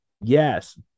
Yes